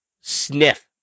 sniff